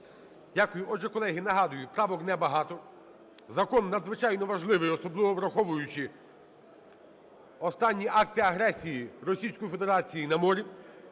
Дякую. Отже, колеги, нагадую, правок не багато. Закон надзвичайно важливий, особливо враховуючи останні акти агресії Російської Федерації на морі.